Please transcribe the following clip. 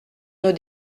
nos